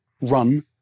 run